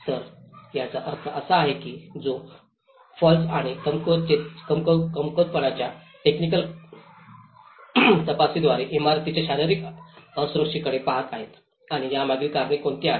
तर याचा अर्थ असा आहे की ते फॉल्स आणि कमकुवतपणाच्या टेकनिक तपासणीद्वारे इमारतींच्या शारीरिक असुरक्षिततेकडे पहात आहेत आणि यामागील कारणे कोणती आहेत